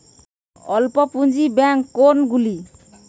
অল্প পুঁজি ব্যাঙ্ক কোনগুলি?